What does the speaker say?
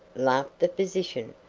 laughed the physician.